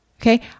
Okay